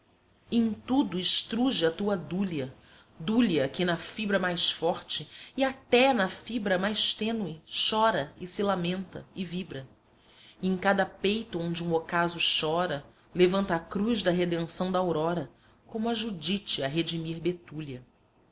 em tudo estruge a tua dúlia dúlia que na fibra mais forte e até na fibra mais tênue chora e se lamenta e vibra e em cada peito onde um ocaso chora levanta a cruz da redenção da aurora como a judite a redimir betúlia